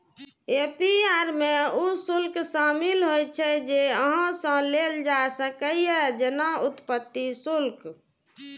APR मे ऊ शुल्क शामिल होइ छै, जे अहां सं लेल जा सकैए, जेना उत्पत्ति शुल्क